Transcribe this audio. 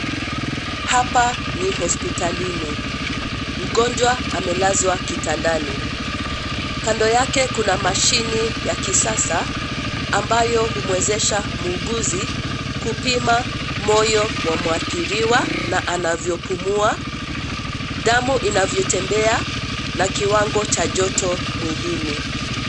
Hapa ni hospitalini. Mgonjwa amelazwa kitandani. Kando yake kuna mashine ya kisasa ambayo humwezesha muuguzi kupima moyo wa mwathiriwa na anavyopumua, damu inavyotembea na kiwango cha joto mwilini.